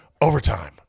Overtime